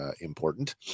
important